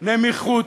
נמיכות,